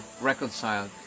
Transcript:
reconciled